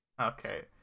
Okay